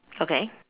okay